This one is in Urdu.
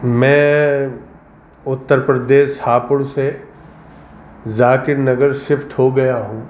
میں اتر پردیش ہاپڑ سے ذاکر نگر سفٹ ہو گیا ہوں